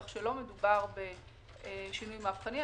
כך שלא מדובר בשינוי מהפכני.